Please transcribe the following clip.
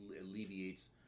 alleviates